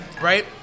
right